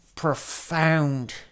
profound